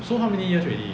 so how many years already